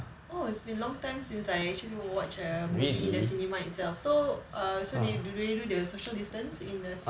oh it's been long time since I actually watched a movie in the cinema itself so err so do they do they do the social distance in the